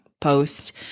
post